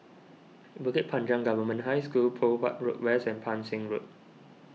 Bukit Panjang Government High School Poh Huat Road West and Pang Seng Road